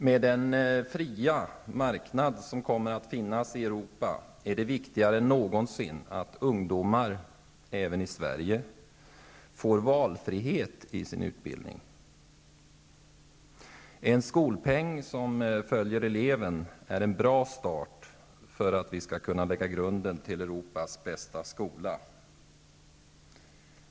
Med den fria marknad som kommer att finnas i Europa är det viktigare än någonsin att ungdomar -- även i Sverige -- får valfrihet i sin utbildning. En skolpeng som följer eleven är en bra start för att vi skall kunna lägga grunden till Europas bästa skola.